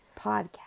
Podcast